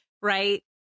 Right